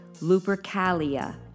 Lupercalia